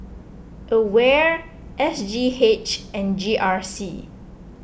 Aware S G H and G R C